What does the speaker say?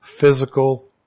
physical